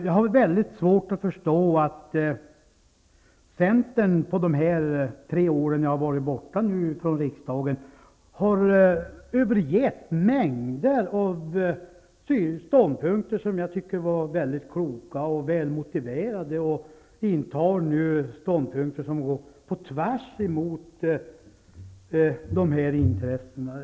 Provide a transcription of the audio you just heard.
Jag har väldigt svårt att förstå att centern på de tre år som jag har varit borta från riksdagen har övergett mängder av ståndpunkter som jag tycker var väldigt kloka och välmotiverade och nu intar ståndpunkter som går på tvärs emot de här intressena.